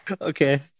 Okay